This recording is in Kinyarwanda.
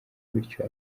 bityo